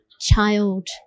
child